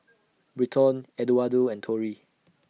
Britton Eduardo and Tori